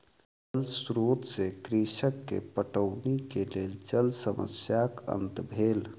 जल स्रोत से कृषक के पटौनी के लेल जल समस्याक अंत भेल